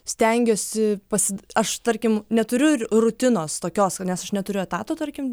stengiuosi pasid aš tarkim neturiu r rutinos tokios nes aš neturiu etato tarkim